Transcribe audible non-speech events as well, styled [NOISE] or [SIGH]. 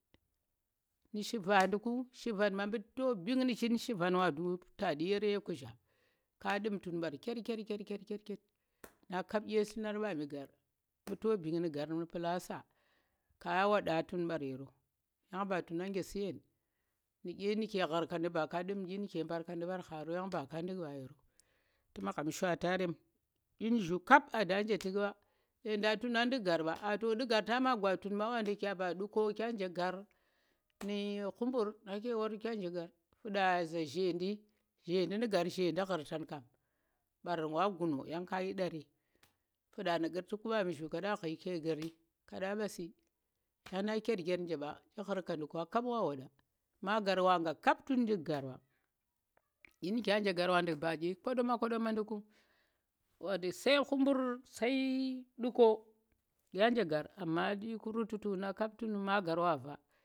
Nu̱ shiyandiiku, shivan ma mbu to bin nu̱ cin shivan war du̱k taɗi ya duk tun ɓar [UNINTELLIGIBLE] kugzha ka dum tun ɓar khit khit khit khit na kap dy llunar mba da mbu ta bin nu̱ pulasa ka wa da tunu̱ baryero baka du̱m dyi imbarkaɗi ɓa hara yan ba ka ndu̱k ɓayen tu̱ nje tukɓa, mbu to du gar tama gwa tun tu̱k ɓa wa nɗu̱ka bu tu̱ko nu̱ huɓur nake war kew hdu̱k gar nu̱ gzhiɗe, gzhide nu̱ gar bai hurtan kam yan kayi ƙari, nu̱ kurɗiku ɓaron zhu kaɗa shi kelgiri ka ɗa ɓasu̱ yanna kelgir njeɓa kap wa waɗa ma gar waga kap tun njek garɓa inige a nje gar wa ndu̱k ba i kaɗomma kaɗomma ku wa du̱u̱k sai huɓum sai du̱ko ke nje gar amma iku ritutu kap magar wava